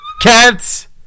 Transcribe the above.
Cats